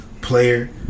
player